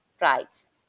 rights